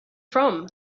from